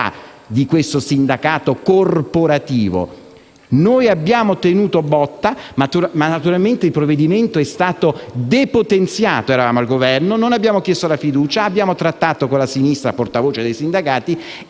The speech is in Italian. del sindacato corporativo. Noi abbiamo tenuto botta, ma il provvedimento è stato depotenziato; eravamo al Governo, non abbiamo chiesto la fiducia, abbiamo trattato con la sinistra portavoce dei sindacati